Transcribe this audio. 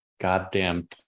goddamn